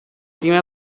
prime